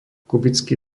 kubický